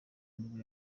nibwo